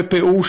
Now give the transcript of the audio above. הפ.פ.או.,